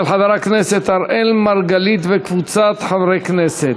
של חבר הכנסת אראל מרגלית וקבוצת חברי הכנסת.